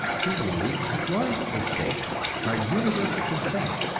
king louis was the state by universal consent,